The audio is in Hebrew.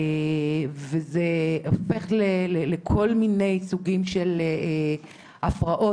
זה הופך לכל מיני סוגים של הפרעות,